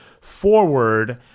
Forward